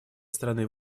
страны